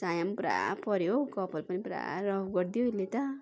चाया पुरा पऱ्यो हो कपाल पनि पुरा रफ गरिदियो यसले त